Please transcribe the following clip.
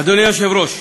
אדוני היושב-ראש,